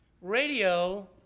radio